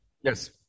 Yes